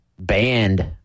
banned